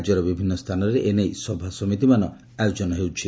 ରାଜ୍ୟର ବିଭିନ୍ନ ସ୍ତାନରେ ଏନେଇ ସଭାସମିତିମାନ ଆୟୋଜନ ହେଉଛି